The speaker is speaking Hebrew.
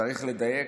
צריך לדייק: